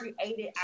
created